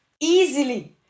easily